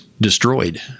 destroyed